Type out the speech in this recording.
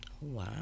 Wow